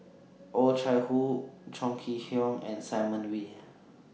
Oh Chai Hoo Chong Kee Hiong and Simon Wee